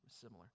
Similar